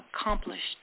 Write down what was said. accomplished